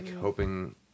hoping